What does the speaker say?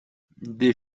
des